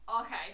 Okay